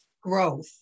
growth